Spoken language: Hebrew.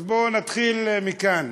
אז בואו נתחיל מכאן.